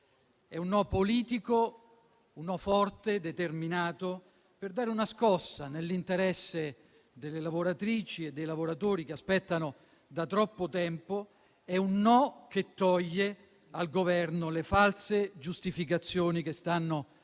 È un no politico, forte e determinato, per dare una scossa, nell'interesse di lavoratrici e lavoratori che aspettano da troppo tempo. È un no che toglie al Governo le false giustificazioni che si trovano